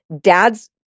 dad's